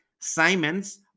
Simons